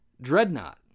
Dreadnought